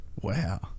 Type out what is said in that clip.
wow